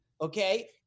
Okay